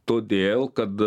todėl kad